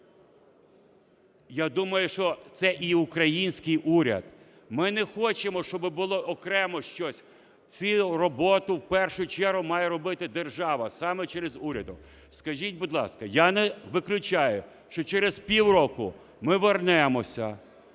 Я думаю, що це і український уряд. Ми не хочемо, щоб було окремо щось. Цю роботу в першу чергу має робити держава саме через уряд. Скажіть, будь ласка, я не виключаю, що через півроку ми вернемося,